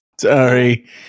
Sorry